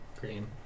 Green